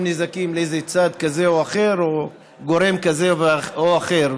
נזקים לצד כזה או אחר או גורם כזה או אחר.